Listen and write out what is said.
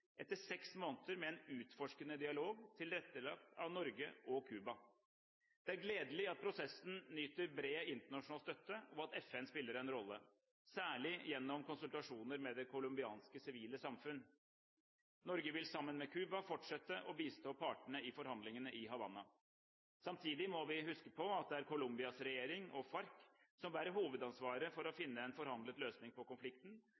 etter seks måneder med en utforskende dialog, tilrettelagt av Norge og Cuba. Det er gledelig at prosessen nyter bred internasjonal støtte, og at FN spiller en rolle, særlig gjennom konsultasjoner med det colombianske sivile samfunn. Norge vil sammen med Cuba fortsette å bistå partene i forhandlingene i Havanna. Samtidig må vi huske på at det er Colombias regjering og FARC som bærer hovedansvaret for å finne en forhandlet løsning på konflikten,